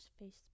facebook